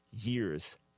years